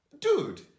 dude